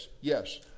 Yes